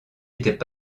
étaient